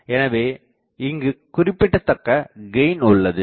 எனவே இங்குக் குறிப்பிடத்தக்க கெயின் உள்ளது